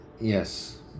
Yes